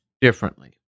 differently